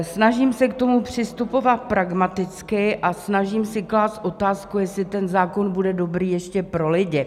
Snažím se k tomu přistupovat pragmaticky a snažím se klást si otázku, jestli ten zákon bude dobrý ještě pro lidi.